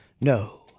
No